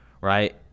right